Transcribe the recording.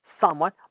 somewhat